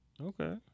Okay